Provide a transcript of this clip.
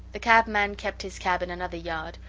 the cabman kept his cab in another yard,